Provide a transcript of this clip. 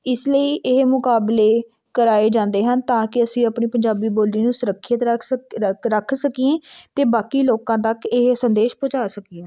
ਇਸ ਲਈ ਇਹ ਮੁਕਾਬਲੇ ਕਰਵਾਏ ਜਾਂਦੇ ਹਨ ਤਾਂ ਕਿ ਅਸੀਂ ਆਪਣੀ ਪੰਜਾਬੀ ਬੋਲੀ ਨੂੰ ਸੁਰੱਖਿਅਤ ਰੱਖ ਸਕੀ ਰੱਖ ਰੱਖ ਸਕੀਏ ਅਤੇ ਬਾਕੀ ਲੋਕਾਂ ਤੱਕ ਇਹ ਸੰਦੇਸ਼ ਪਹੁੰਚਾ ਸਕੀਏ